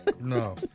No